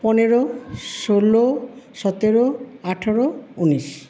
পনেরো ষোলো সতেরো আঠারো উনিশ